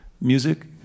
music